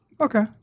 Okay